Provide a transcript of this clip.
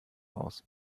aus